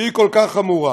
שהיא כל כך חמורה.